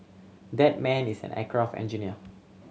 that man is an aircraft engineer